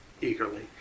eagerly